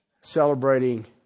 celebrating